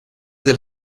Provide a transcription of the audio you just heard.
del